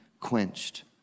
quenched